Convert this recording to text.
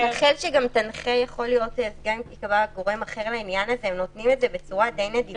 רח"ל שגם תנחה, נותנים את זה בצורה די נדיבה.